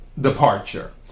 departure